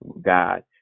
god